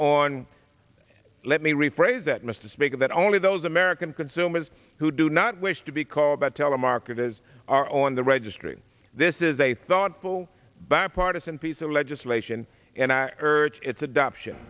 on let me rephrase that mr speaker that only those american consumers who do not wish to be called but telemarketers are on the registry this is a thoughtful bipartisan piece of legislation and i urge its adoption